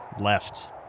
left